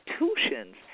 institutions